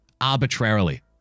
arbitrarily